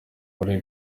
muri